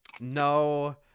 No